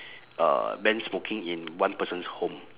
uh ban smoking in one person's home